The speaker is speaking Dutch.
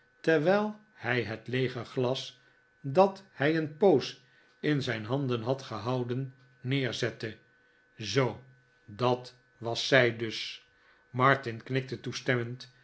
terwijl hij het leege glas dat hij een poos in zijn handen had gehouden neerzette zoo dat was zij dus martin knikte toestemmend